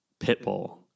Pitbull